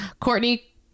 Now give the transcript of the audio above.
courtney